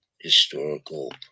historical